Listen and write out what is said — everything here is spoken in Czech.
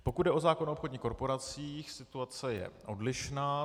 Pokud jde o zákon o obchodních korporacích, situace je odlišná.